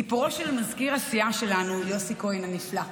סיפורו של מזכיר הסיעה שלנו, יוסי כהן הנפלא.